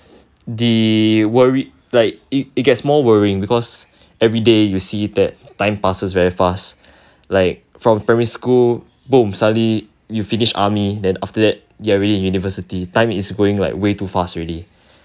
the worry is like you get more worrying because everyday you see that time passes very fast like from primary school boom suddenly you finish army then after that you are already in university time is going like way too fast already